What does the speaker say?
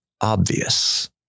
obvious